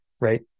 right